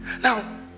Now